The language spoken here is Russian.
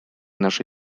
наша